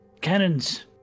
Cannons